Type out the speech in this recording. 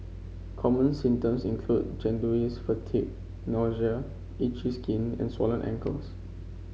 common symptoms include jaundice fatigue itchy skin and swollen ankles